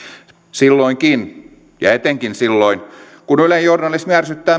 silloinkin ja etenkin silloin kun ylen journalismi ärsyttää